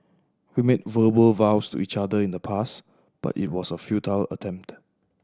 we made verbal vows to each other in the past but it was a futile attempt